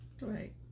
Right